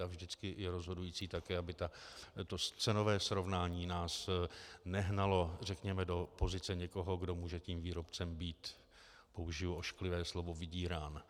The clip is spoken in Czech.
A vždycky je rozhodující také, aby to cenové srovnání nás nehnalo, řekněme, do pozice někoho, kdo může tím výrobcem být použiji ošklivé slovo vydírán.